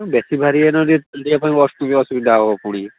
ବେଶୀ ଭାରି ହେଲେ ଟିକିଏ ଚାଲିବା ପାଇଁ ଅସୁବିଧା ହେବ ପୁଣି